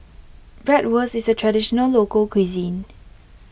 Bratwurst is a Traditional Local Cuisine